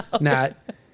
Nat